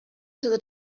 till